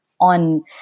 on